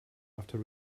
after